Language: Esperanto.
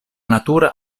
natura